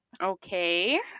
okay